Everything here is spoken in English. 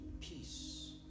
peace